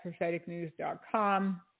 propheticnews.com